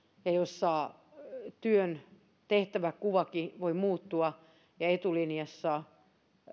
ja jossa työn tehtävänkuvakin voi muuttua etulinjassa